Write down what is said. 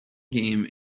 game